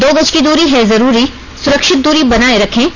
दो गज की दूरी है जरूरी सुरक्षित दूरी बनाए रखें